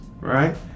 right